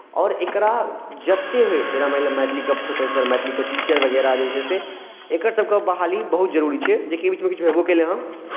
आओर एकरा जतेक होय जेना मानि लिअ मैथलीके प्रोफेसर मैथलीके टीचर वगैरह जे हइ छै से एकर सभके बहाली बहुत जरूरी छै देखियौ एहि बीचमे किछु भेबो केलै हँ